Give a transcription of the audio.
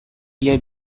dia